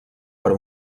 per